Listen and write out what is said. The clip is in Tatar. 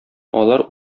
алар